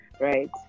right